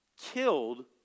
killed